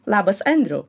labas andriau